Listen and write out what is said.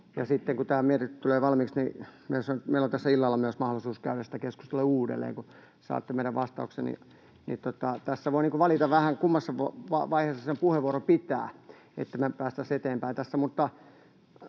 kun mietintö tulee valmiiksi, niin meillä on tässä illalla myös mahdollisuus käydä sitä keskustelua uudelleen, kun saatte meidän vastauksen. Tässä voi valita vähän, kummassa vaiheessa sen puheenvuoron pitää, että me päästäisiin eteenpäin